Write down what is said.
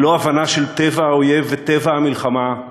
ללא הבנה של טבע האויב וטבע המלחמה,